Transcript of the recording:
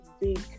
big